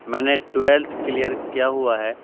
میں نے ٹولتھ کلیئر کیا ہوا ہے